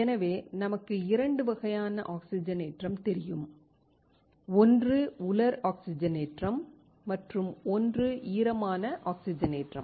எனவே நமக்கு 2 வகையான ஆக்சிஜனேற்றம் தெரியும் ஒன்று உலர் ஆக்சிஜனேற்றம் மற்றும் ஒன்று ஈரமான ஆக்சிஜனேற்றம்